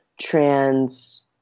trans